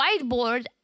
Whiteboard